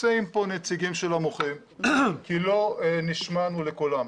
נמצאים פה נציגים של המוחים כי לא נשמענו לקולם.